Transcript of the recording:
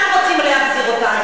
מה אתם מגינים על,